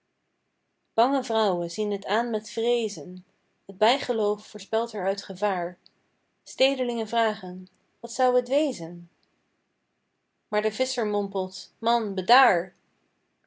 bange vrouwen zien het aan met vreezen t bijgeloof voorspelt er uit gevaar stedelingen vragen wat zou t wezen maar de visscher mompelt man bedaar